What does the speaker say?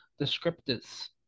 descriptors